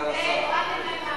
סגן השר,